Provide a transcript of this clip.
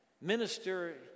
minister